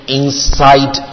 inside